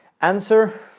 answer